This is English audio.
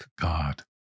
God